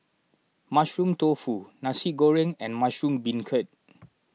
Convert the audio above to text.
Mushroom Tofu Nasi Goreng and Mushroom Beancurd